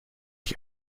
ich